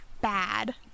bad